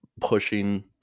pushing